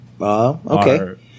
Okay